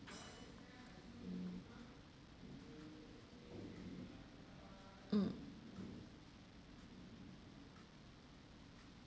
mm mm